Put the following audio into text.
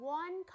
one